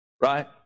right